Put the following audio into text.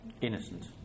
Innocent